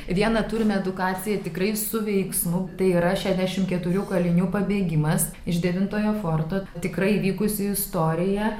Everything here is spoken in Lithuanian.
viena turime edukacija tikrai su veiksmu tai yra šešiasdešimt keturių kalinių pabėgimas iš devintojo forto tikrai vykusi istorija